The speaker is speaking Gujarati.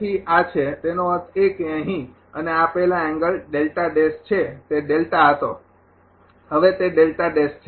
તેથી આ છે તેનો અર્થ એ કે અહીં અને આ પહેલા એંગલ છે તે ડેલ્ટા હતો હવે તે છે